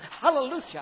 Hallelujah